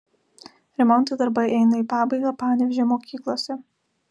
remonto darbai eina į pabaigą panevėžio mokyklose